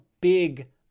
big